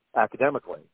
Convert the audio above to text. academically